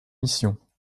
missions